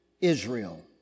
Israel